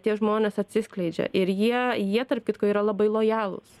tie žmonės atsiskleidžia ir jie jie tarp kitko yra labai lojalūs